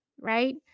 right